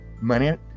money